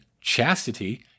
chastity